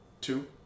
two